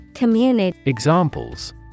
Examples